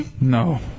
No